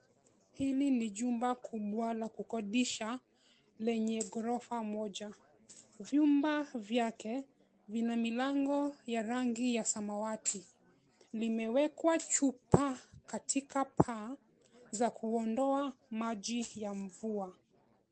Jumba kubwa la kukodisha lenye ghorofa moja. Vyumba vyake vina milango ya rangi ya samawati. Limewekwa chupa katika paa za kuondoa maji ya mvua.